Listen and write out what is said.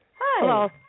Hello